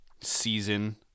season